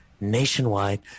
nationwide